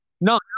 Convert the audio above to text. No